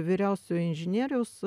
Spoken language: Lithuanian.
vyriausiojo inžinieriaus